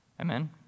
Amen